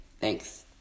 Thanks